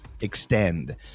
extend